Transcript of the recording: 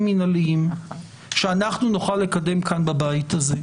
מינהליים שאנחנו נוכל לקדם כאן בבית הזה.